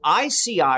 ICI